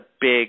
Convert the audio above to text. big